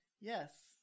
Yes